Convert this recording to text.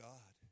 God